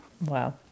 Wow